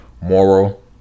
moral